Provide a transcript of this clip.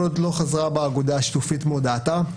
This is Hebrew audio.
כל עוד לא חזרה בה אגודה השיתופית מהודעתה,